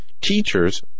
teachers